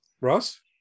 Ross